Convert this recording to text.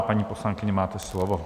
Paní poslankyně, máte slovo.